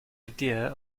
idea